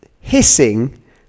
hissing